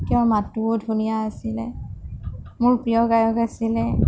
তেওঁৰ মাতটোও ধুনীয়া আছিলে মোৰ প্ৰিয় গায়ক আছিলে